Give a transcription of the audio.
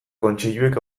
kontseiluek